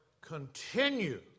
continue